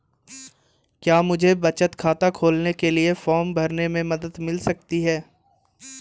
क्या मुझे बचत खाता खोलने के लिए फॉर्म भरने में मदद मिल सकती है?